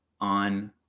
on